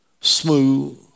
smooth